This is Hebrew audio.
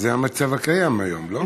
זה המצב הקיים היום, לא?